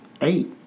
Eight